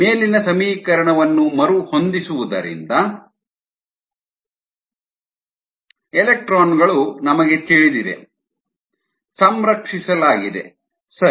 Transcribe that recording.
ಮೇಲಿನ ಸಮೀಕರಣವನ್ನು ಮರುಹೊಂದಿಸುವುದರಿಂದ b 14 Γs yx Γx yp Γp 4b Γs yx Γx Γs yp Γp Γs 1 ε η ζ 1 ಎಲೆಕ್ಟ್ರಾನ್ಗಳು ನಮಗೆ ತಿಳಿದಿದೆ ಸಂರಕ್ಷಿಸಲಾಗಿದೆ ಸರಿ